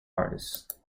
artists